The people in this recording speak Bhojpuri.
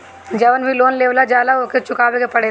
जवन भी लोन लेवल जाला उके चुकावे के पड़ेला